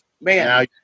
man